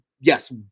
yes